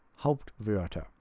Hauptwörter